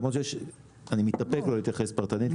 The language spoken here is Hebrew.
למרות שאני מתאפק לא להתייחס פרטנית,